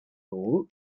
dugu